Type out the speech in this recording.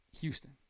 Houston